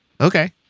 Okay